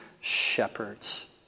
shepherds